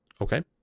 Okay